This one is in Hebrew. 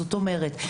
זאת אומרת,